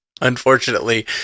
unfortunately